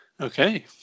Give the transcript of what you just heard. Okay